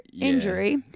injury